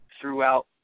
throughout